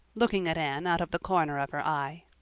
looking at anne out of the corner of her eye.